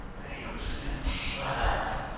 and he was saying, shut up!